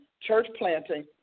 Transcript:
church-planting